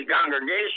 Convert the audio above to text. congregation